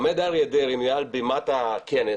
עומד אריה דרעי מעל בימת הכנס